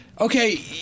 okay